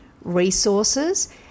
resources